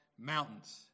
Mountains